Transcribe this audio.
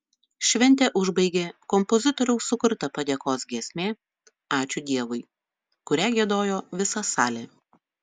šventę užbaigė kompozitoriaus sukurta padėkos giesmė ačiū dievui kurią giedojo visa salė